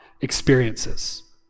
experiences